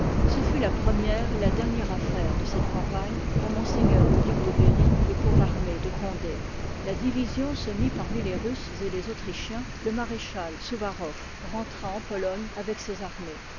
ce fut la première et la dernière affaire de cette campagne pour m le duc de i part berry et pour l'armée de condé la diviliy ii sion se mit parmi les russes et les autrichiens le maréchal suvarow rentra en pologne avec ses armées